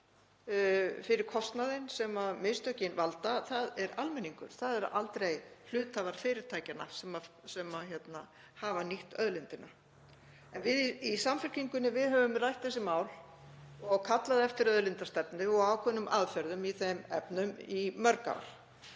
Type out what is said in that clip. það eru aldrei hluthafar fyrirtækjanna sem hafa nýtt auðlindina. Við í Samfylkingunni höfum rætt þessi mál og kallað eftir auðlindastefnu og ákveðnum aðferðum í þeim efnum í mörg ár.